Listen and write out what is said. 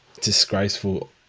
disgraceful